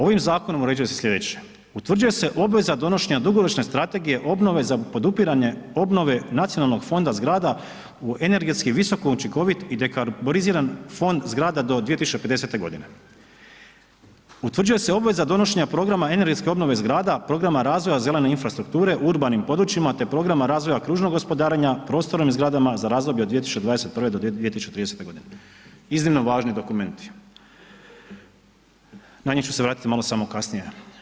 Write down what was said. Ovim zakonom uređuje se slijedeće, utvrđuje se obveza donošenja dugoročne strategije obnove za podupiranje obnove nacionalnog fonda zgrada u energetski visoko učinkovit i dekarboriziran fond zgrada do 2050.g., utvrđuje se obveza donošenja programa energetske obnove zgrada, programa razvoja zelene infrastrukture u urbanim područjima, te programa razvoja kružnog gospodarenja prostorom i zgradama za razdoblje od 2021. do 2030.g., iznimno važni dokumenti, na nji ću se vratiti malo samo kasnije.